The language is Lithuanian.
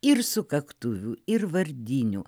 ir sukaktuvių ir vardinių